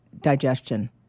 digestion